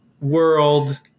world